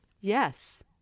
Yes